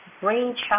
Brainchild